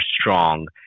strong